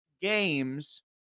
games